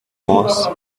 oars